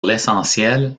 l’essentiel